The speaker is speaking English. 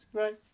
Right